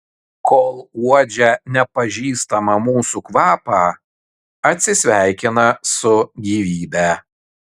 kol uodžia nepažįstamą mūsų kvapą atsisveikina su gyvybe